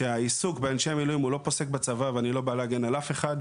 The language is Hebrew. שהעיסוק באנשי מילואים לא פוסק בצבא ואני לא בא להגן על אף אחד,